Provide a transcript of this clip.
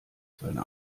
seine